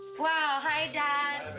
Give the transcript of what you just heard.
wow, hi dad!